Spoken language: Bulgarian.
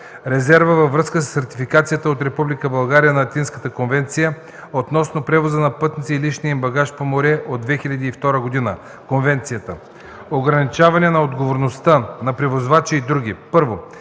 „Резерва във връзка с ратификацията от Република България на Атинската конвенция относно превоза на пътници и личния им багаж по море от 2002 г. („Конвенцията”) Ограничаване на отговорността на превозвачи и др.